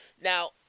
Now